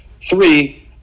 three